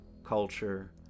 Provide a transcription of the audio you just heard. culture